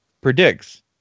predicts